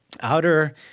outer